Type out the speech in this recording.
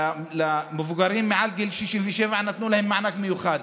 למבוגרים מעל גיל 67 נתנו מענק מיוחד.